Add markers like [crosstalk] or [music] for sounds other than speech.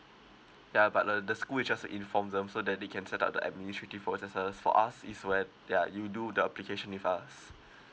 ya but uh the school will just inform them so that they can set up the administrative for us is when ya you do the application with us [breath]